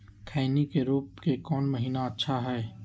खैनी के रोप के कौन महीना अच्छा है?